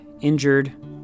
injured